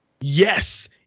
yes